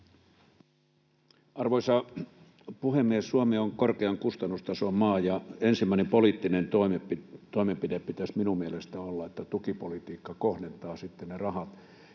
Arvoisa puhemies! Suomi on korkean kustannustason maa, ja ensimmäisen poliittisen toimenpiteen pitäisi minun mielestäni olla se, että tukipolitiikka kohdentaa ne rahat